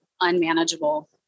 unmanageable